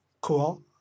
cool